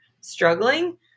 struggling